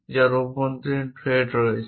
যার অভ্যন্তরীণ থ্রেড রয়েছে